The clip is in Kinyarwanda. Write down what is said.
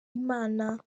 imana